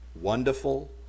Wonderful